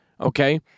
okay